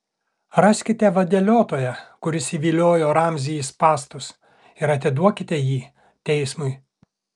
raskite vadeliotoją kuris įviliojo ramzį į spąstus ir atiduokite jį teismui